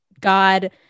God